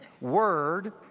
word